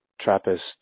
Trappist